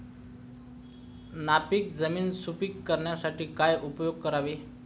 नापीक जमीन सुपीक करण्यासाठी काय उपयोग करावे?